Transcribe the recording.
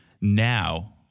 now